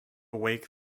wake